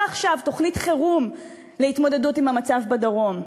עכשיו תוכנית חירום להתמודדות עם המצב בדרום?